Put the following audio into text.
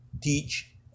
teach